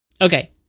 Okay